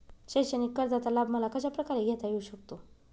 शैक्षणिक कर्जाचा लाभ मला कशाप्रकारे घेता येऊ शकतो?